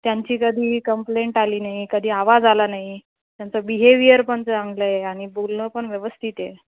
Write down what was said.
त्यांची कधी कंप्लेंट आली नाही कधी आवाज आला नाही त्यांचं बिहेवियर पण चांगलं आहे आणि बोलणं पण व्यवस्थित आहे